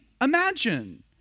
imagine